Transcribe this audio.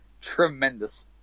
tremendous